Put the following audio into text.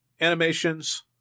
Animations